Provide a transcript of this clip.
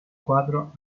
quadro